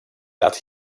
that